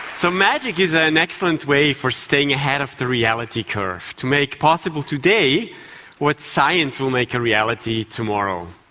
so magic is ah an excellent way for staying ahead of the reality curve, to make possible today what science will make a reality tomorrow.